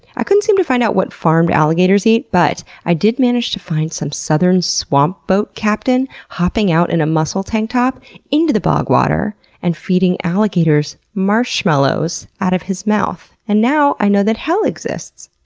i couldn't seem to find out what farmed alligators eat, but i did manage to find some southern swamp boat captain hopping out in a muscle tank top into the bog water and feeding alligators marshmallows out of his mouth and now i know that hell exists.